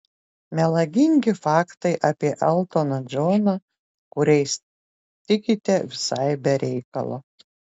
melagingi faktai apie eltoną džoną kuriais tikite visai be reikalo